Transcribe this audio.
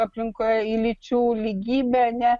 aplinkoje lyčių lygybė ne